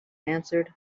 answered